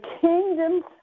kingdoms